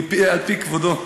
על-פי כבודו.